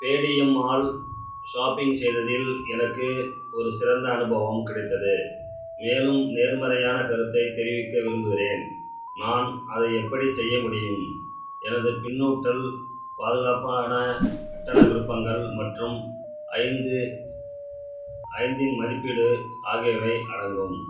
Paytm mall shopping செய்ததில் எனக்கு ஒரு சிறந்த அனுபவம் கிடைத்தது மேலும் நேர்மறையான கருத்தை தெரிவிக்க விரும்புகிறேன் நான் அதை எப்படி செய்ய முடியும் எனது பின்னூட்டல் பாதுகாப்பான கட்டண விருப்பங்கள் மற்றும் ஐந்து ஐந்தின் மதிப்பீடு ஆகியவை அடங்கும்